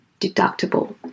deductible